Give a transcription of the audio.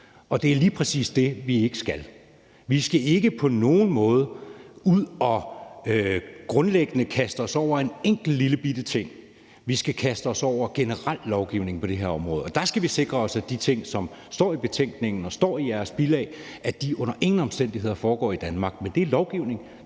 og det er lige præcis det, vi ikke skal. Vi skal ikke på nogen måde ud og grundlæggende kaste os over en enkelt lillebitte ting. Vi skal kaste os over generel lovgivning på det her område, og der skal vi sikre os, at de ting, der står i betænkningen og står i bilagene, under ingen omstændigheder foregår i Danmark. Men det er lovgivning.